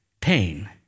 pain